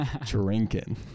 drinking